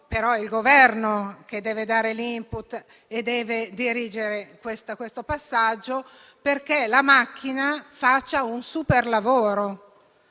è il Governo che deve dare l'*input* e dirigere questo passaggio, affinché la macchina faccia un superlavoro.